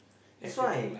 that's why